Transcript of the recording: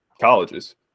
colleges